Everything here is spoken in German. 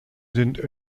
sind